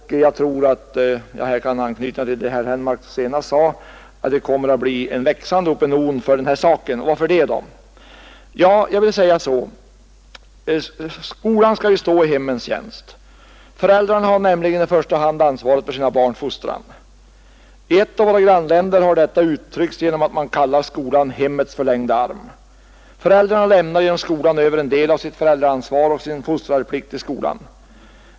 Jag tror att jag kan anknyta till vad herr Henmark senast sade; det kommer att bli en växande opinion för den här saken. Varför? Skolan skall ju stå i hemmens tjänst. Föräldrarna har i första hand ansvaret för sina barns fostran. I ett av våra grannländer har detta uttryckts så att skolan kallas ”hemmets förlängda arm”. Föräldrarna lämnar över en del av sitt föräldraansvar och sin fostrarplikt till skolan.